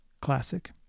classic